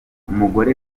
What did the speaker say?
umugore